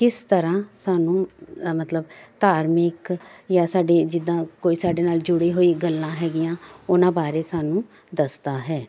ਕਿਸ ਤਰ੍ਹਾਂ ਸਾਨੂੰ ਮਤਲਬ ਧਾਰਮਿਕ ਜਾਂ ਸਾਡੇ ਜਿੱਦਾਂ ਕੋਈ ਸਾਡੇ ਨਾਲ ਜੁੜੀ ਹੋਈ ਗੱਲਾਂ ਹੈਗੀਆਂ ਉਹਨਾਂ ਬਾਰੇ ਸਾਨੂੰ ਦੱਸਦਾ ਹੈ